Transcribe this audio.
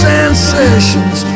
sensations